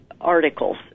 articles